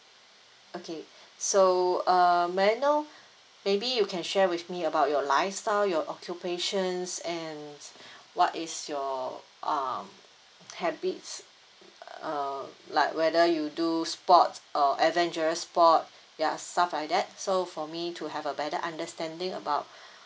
okay so uh may I know maybe you can share with me about your lifestyle your occupations and what is your um habits uh like whether you do sport uh adventurous sport ya stuff like that so for me to have a better understanding about